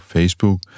Facebook